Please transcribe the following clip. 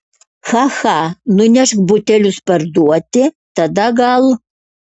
cha cha nunešk butelius parduoti tada gal